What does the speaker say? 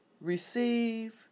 Receive